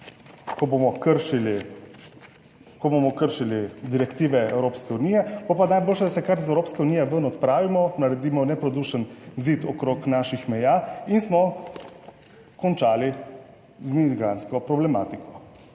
ko bomo kršili direktive Evropske unije. Bo pa najboljše, da se kar iz Evropske unije ven odpravimo, naredimo neprodušen zid okrog naših meja in smo končali z migrantsko problematiko.